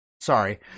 sorry